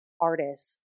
artists